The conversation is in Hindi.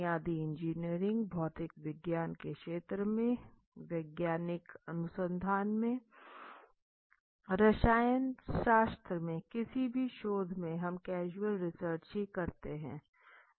बुनियादी इंजीनियरिंग भौतिक विज्ञान के क्षेत्र में वैज्ञानिक अनुसंधान में रसायन शास्त्र में किसी भी शोध में हम कैज़ुअल रिसर्च ही करते हैं